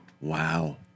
Wow